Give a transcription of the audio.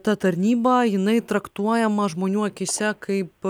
ta tarnyba jinai traktuojama žmonių akyse kaip